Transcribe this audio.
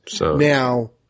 Now